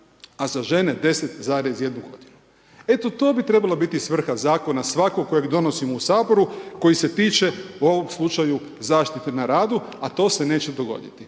a za žene 10,1 g. eto to bi trebala biti svrha zakona svakoga kojeg donosimo u Saboru, koji se tiče u ovom slučaju zaštite na radu, a to se neće dogoditi.